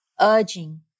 urging